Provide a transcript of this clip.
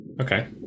Okay